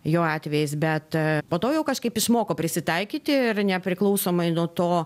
jo atvejis bet po to jau kažkaip išmoko prisitaikyti ir nepriklausomai nuo to